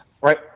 right